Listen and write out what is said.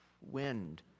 wind